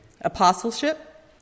apostleship